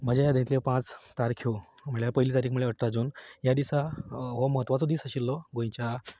म्हजे यादींतल्यो पांच तारखो म्हणल्यार पयली तारीख म्हणल्यार अठरा जून ह्या दिसा हो म्हत्वाचो दीस आशिल्लो गोंयच्या